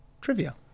Trivia